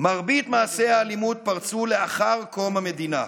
מרבית מעשי האלימות פרצו לאחר קום המדינה,